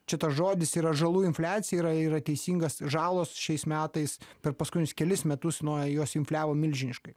čia tas žodis yra žalų infliacija yra yra teisingas žalos šiais metais per paskunius kelis metus nuo jos infliavo milžiniškai